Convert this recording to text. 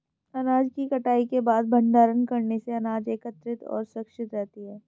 अनाज की कटाई के बाद भंडारण करने से अनाज एकत्रितऔर सुरक्षित रहती है